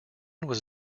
was